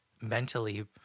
mentally